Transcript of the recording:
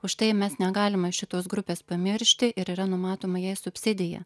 užtai mes negalime šitos grupės pamiršti ir yra numatoma jai subsidija